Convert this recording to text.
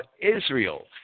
Israel